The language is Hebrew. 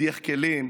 מדיח כלים.